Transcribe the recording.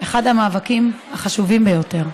אחד המאבקים החשובים ביותר: